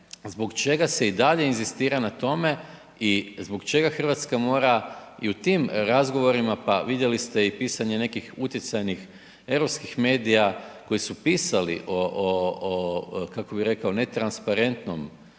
zbog čega se i dalje inzistira na tome i zbog čega RH mora i u tim razgovorima, pa vidjeli ste i pisanje nekih utjecajnih europskih medija koji su pisali o, o, o, kako bi rekao, netransparentnom